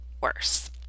worse